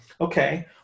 okay